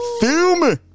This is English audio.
Film